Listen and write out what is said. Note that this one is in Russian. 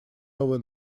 новую